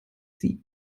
sie